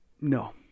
no